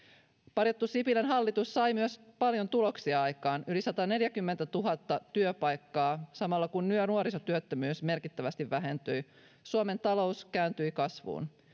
parjattu sipilän hallitus sai myös paljon tuloksia aikaan tuli yli sataneljäkymmentätuhatta työpaikkaa samalla kun nuorisotyöttömyys merkittävästi vähentyi suomen talous kääntyi kasvuun